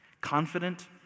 confident